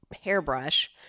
hairbrush